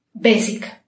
basic